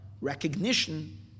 recognition